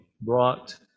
brought